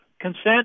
consent